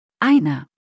Einer